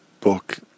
book